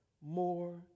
more